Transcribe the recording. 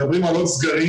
מדברים על עוד סגרים,